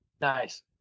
Nice